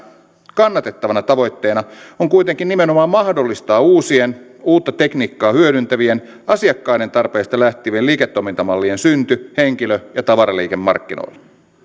kannatettavana tavoitteena on kuitenkin nimenomaan mahdollistaa uusien uutta tekniikkaa hyödyntävien asiakkaiden tarpeista lähtevien liiketoimintamallien synty henkilö ja tavaraliikennemarkkinoilla